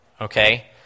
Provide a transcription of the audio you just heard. Okay